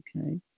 Okay